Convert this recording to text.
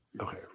Okay